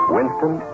Winston